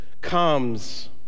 comes